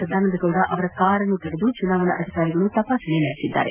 ಸದಾನಂದಗೌಡ ಅವರ ಕಾರನ್ನು ತಡೆದು ಚುನಾವಣಾಧಿಕಾರಿಗಳು ತಪಾಸಣೆ ನಡೆಸಿದ್ದಾರೆ